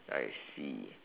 I see